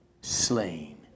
slain